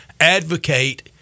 advocate